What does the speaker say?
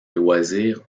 loisir